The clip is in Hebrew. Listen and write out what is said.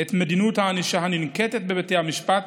את מדיניות הענישה הננקטת בבתי המשפט